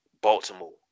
Baltimore